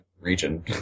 region